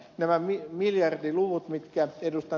nämä miljardiluvut mitkä ed